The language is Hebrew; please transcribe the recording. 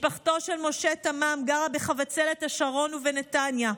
משפחתו של משה תמם גרה בחבצלת השרון ובנתניה.